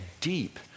deep